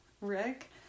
Rick